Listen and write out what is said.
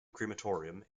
crematorium